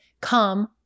come